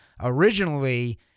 Originally